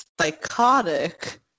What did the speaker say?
psychotic